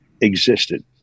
existed